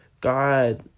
God